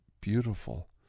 beautiful